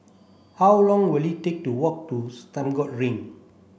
how long will it take to walk to Stagmont Ring